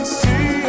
see